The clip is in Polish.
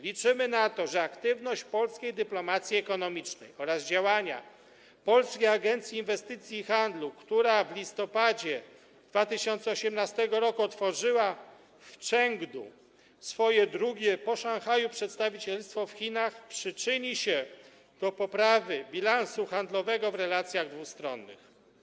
Liczymy na to, że aktywność polskiej dyplomacji ekonomicznej oraz działania Polskiej Agencji Inwestycji i Handlu, która w listopadzie 2018 r. otworzyła w Chengdu swoje drugie po Szanghaju przedstawicielstwo w Chinach, przyczyni się do poprawy bilansu handlowego w relacjach dwustronnych.